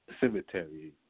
cemetery